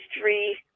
three